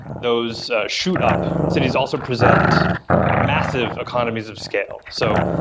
those shoot up. cities also present massive economies of scale. so,